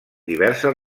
diverses